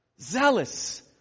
zealous